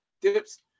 dips